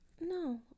No